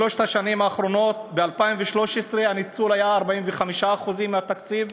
בשלוש השנים האחרונות: ב-2013 הניצול היה 45% מהתקציב.